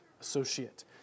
associate